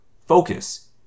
Focus